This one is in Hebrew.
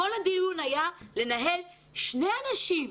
כל הדיון היה לנהל שני אנשים,